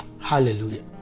Hallelujah